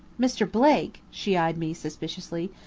mr. blake! she eyed me suspiciously.